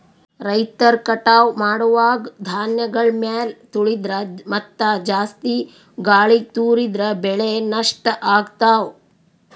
ರೈತರ್ ಕಟಾವ್ ಮಾಡುವಾಗ್ ಧಾನ್ಯಗಳ್ ಮ್ಯಾಲ್ ತುಳಿದ್ರ ಮತ್ತಾ ಜಾಸ್ತಿ ಗಾಳಿಗ್ ತೂರಿದ್ರ ಬೆಳೆ ನಷ್ಟ್ ಆಗ್ತವಾ